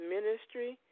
Ministry